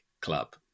club